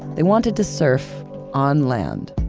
they wanted to surf on land.